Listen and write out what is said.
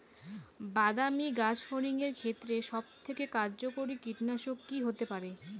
বাদামী গাছফড়িঙের ক্ষেত্রে সবথেকে কার্যকরী কীটনাশক কি হতে পারে?